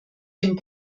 dem